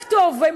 רק טוב.